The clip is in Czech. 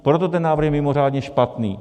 Proto ten návrh je mimořádně špatný.